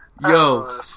Yo